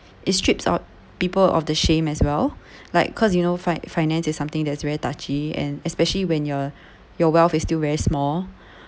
it strips or people of the shame as well like cause you know fi~ finance is something that is very touchy and especially when your your wealth is still very small